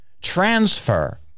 Transfer